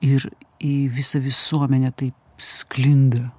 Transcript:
ir į visą visuomenę tai sklinda